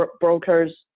brokers